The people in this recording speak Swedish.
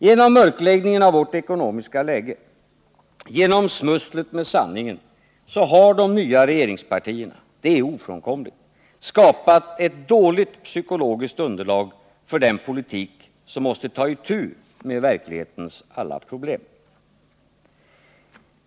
Genom mörkläggningen av vårt ekonomiska läge, genom smusslet med sanningen, har de nya regeringspartierna — det är ofrånkomligt — skapat ett dåligt psykologiskt underlag för den politik som måste ta itu med verklighetens alla problem.